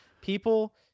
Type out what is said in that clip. people